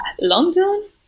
London